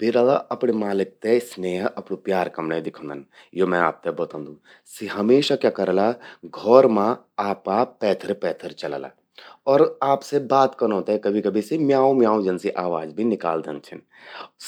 बिरल़ा अपणां मालिक ते स्नेह अर अपणूं प्यार कमण्यें दिखौंदन, यो मैं आपते बतौंदू। सि हमेशा क्या करला कि घौर में आपा पैथर पैथर चलला। अर आपसे बात कनौ ते कभि कभि सि म्याऊं म्याऊं जन आवाज भी निकालदन छिन।